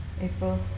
April